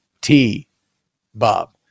T-Bob